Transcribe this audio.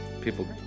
people